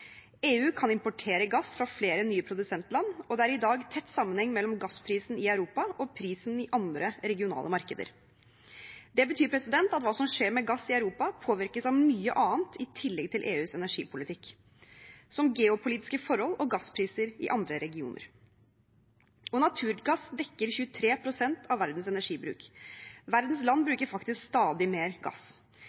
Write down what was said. EU kan importere gass fra flere nye produsentland, og det er i dag tett sammenheng mellom gassprisen i Europa og prisen i andre regionale markeder. Det betyr at hva som skjer med gass i Europa, påvirkes av mye annet i tillegg til EUs energipolitikk, som geopolitiske forhold og gasspriser i andre regioner. Naturgass dekker 23 pst. av verdens energibruk. Verdens land bruker faktisk stadig mer gass.